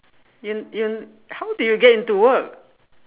in in how did you get into work